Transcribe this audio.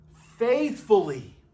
faithfully